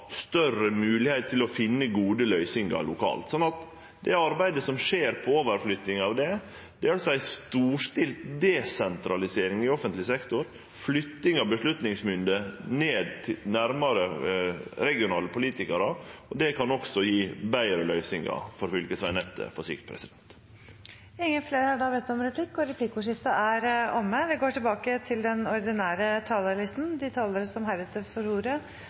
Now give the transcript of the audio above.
større moglegheit til å finne gode løysingar lokalt. Så det arbeidet som skjer på overflytting av det, er altså ei storstilt desentralisering i offentleg sektor, flytting av avgjerdsmynde nærmare regionale politikarar. Det kan også gje betre løysingar for fylkesvegnettet på sikt. Replikkordskiftet er omme. De talere som heretter får ordet,